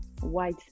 white